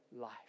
life